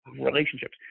relationships